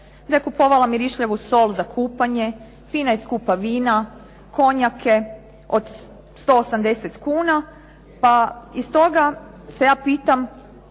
da je kupovala mirišljavu sol za kupanje, fina i skupa vina, konjake od 180 kuna. Pa i stoga se ja pitam